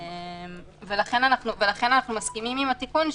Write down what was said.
לכן אנחנו מסכימים עם התיקון,